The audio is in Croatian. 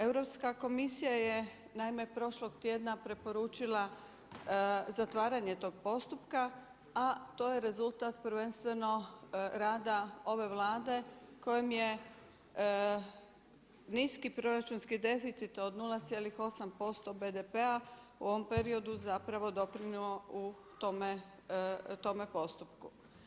Europska komisija je prošlog tjedna preporučila zatvaranje tog postupka, a to je rezultat prvenstveno rada ove Vlade kojim je niski proračunski deficit od 0,8% BDP-a u ovom periodu doprinijelo u tome postupku.